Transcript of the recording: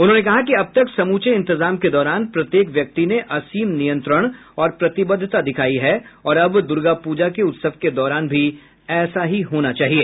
उन्होंने कहा कि अब तक समूचे इंतजाम के दौरान प्रत्येक व्यक्ति ने असीम नियंत्रण और प्रतिबद्धता दिखाई है और अब दुर्गा पूजा के उत्सव के दौरान भी ऐसा ही होना चाहिए